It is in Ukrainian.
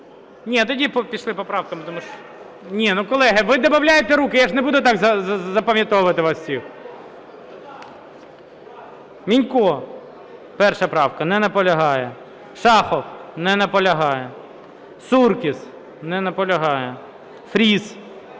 Ні, тоді пішли по правкам, тому що... Ні, колеги, ви добавляєте руки, я ж не буду так запам'ятовувати вас усіх. Мінько, 1 правка. Не наполягає. Шахов. Не наполягає. Суркіс. Не наполягає. Фріс.